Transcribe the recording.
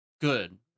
good